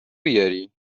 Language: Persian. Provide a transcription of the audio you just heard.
بیاری